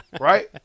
Right